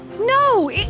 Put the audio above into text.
No